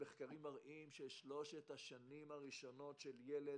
שמחקרים מראים ששלוש השנים הראשונות של ילד